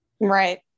right